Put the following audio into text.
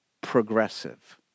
progressive